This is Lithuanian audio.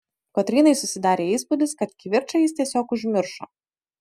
kotrynai susidarė įspūdis kad kivirčą jis tiesiog užmiršo